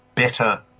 Better